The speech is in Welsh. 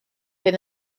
oedd